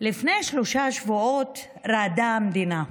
לפני שלושה שבועות רעדה המדינה: